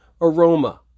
aroma